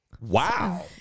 Wow